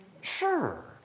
Sure